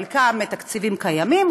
חלקה מתקציבים קיימים,